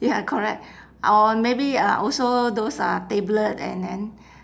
ya correct or maybe uh also those uh tablet and then